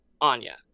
Anya